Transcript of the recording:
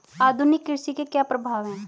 आधुनिक कृषि के क्या प्रभाव हैं?